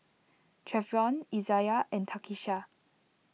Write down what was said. Treyvon Izayah and Takisha